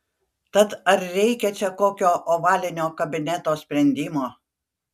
tad ar reikia čia kokio ovalinio kabineto sprendimo